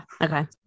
okay